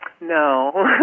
No